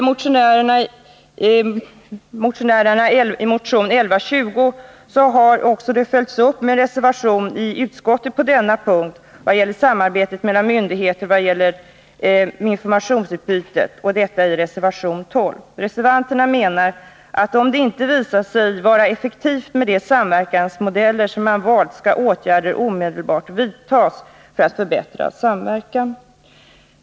Motion 1120 har följts upp i reservation 12 beträffande samarbetet mellan myndigheter och informationsutbyte. Reservanterna menar att om de samverkansmodeller som man valt inte visar sig vara effektiva skall åtgärder omedelbart vidtas för att förbättra samverkan, och vad utskottet anfört skall ges regeringen till känna.